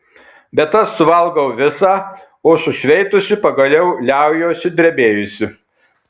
bet aš suvalgau visą o sušveitusi pagaliau liaujuosi drebėjusi